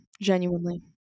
Genuinely